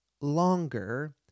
longer